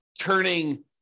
turning